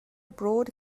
broad